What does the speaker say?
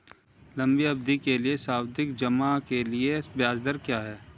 लंबी अवधि के सावधि जमा के लिए ब्याज दर क्या है?